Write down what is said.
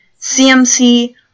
CMC